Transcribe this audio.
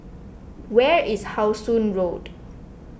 where is How Sun Road